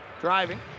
driving